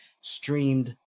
streamed